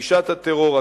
נטישת הטרור,